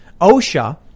OSHA